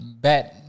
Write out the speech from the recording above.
bad